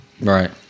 Right